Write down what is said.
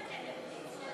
אני ברשימה?